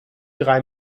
drei